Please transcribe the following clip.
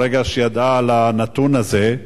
מהרגע שידעה על הנתון הזה,